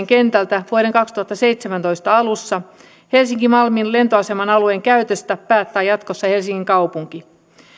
kentältä vuoden kaksituhattaseitsemäntoista alussa helsinki malmin lentoaseman alueen käytöstä päättää jatkossa helsingin kaupunki